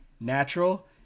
natural